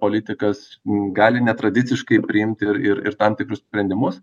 politikas gali netradiciškai priimt ir ir ir tam tikrus sprendimus